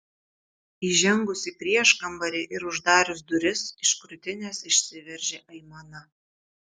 įžengus į prieškambarį ir uždarius duris iš krūtinės išsiveržė aimana